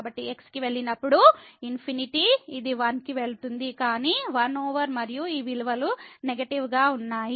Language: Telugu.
కాబట్టి x కి వెళ్ళినప్పుడు ∞ ఇది 1 కి వెళుతుంది కానీ 1 ఓవర్ మరియు ఈ విలువలు నెగెటివ్ గా ఉన్నాయి